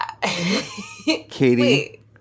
Katie